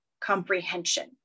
comprehension